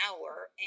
hour